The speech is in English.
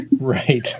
Right